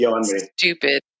Stupid